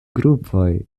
grupoj